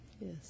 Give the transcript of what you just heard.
yes